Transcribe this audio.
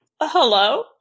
Hello